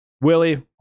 Willie